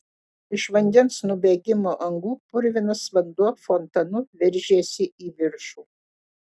iš vandens nubėgimo angų purvinas vanduo fontanu veržėsi į viršų